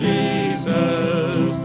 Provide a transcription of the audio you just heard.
Jesus